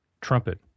trumpet